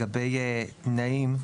לגבי תנאים.